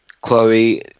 Chloe